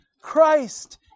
christ